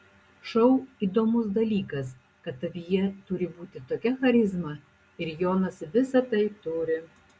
šou įdomus dalykas kad tavyje turi būti tokia charizma ir jonas visą tai turi